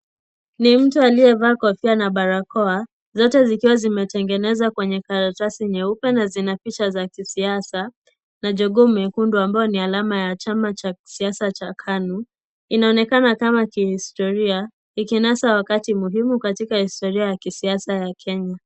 Ni mtu aliye vaa kofia na barakoa zote zikiwa limetengenezwa kwenye karatasi nyeupe na zina picha za kisiasa. Jogoo Mekundu ambaye ni alama ya chama Cha kisiaycha KANU. Inaonekana kama kihistoria ikinasa wakati muhimu kwa historia ya siasa ya Kenya.